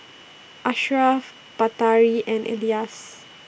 Ashraf Batari and Elyas